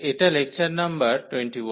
এটা lecture number 21